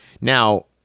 now